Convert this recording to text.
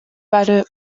beide